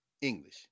English